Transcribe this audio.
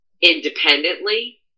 independently